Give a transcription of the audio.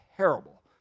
Terrible